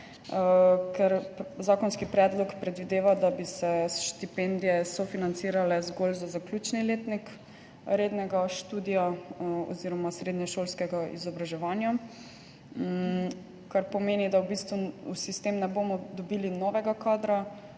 ker zakonski predlog predvideva, da bi se štipendije sofinancirale zgolj za zaključni letnik rednega študija oziroma srednješolskega izobraževanja, kar pomeni, da v bistvu v sistem ne bomo dobili novega kadra,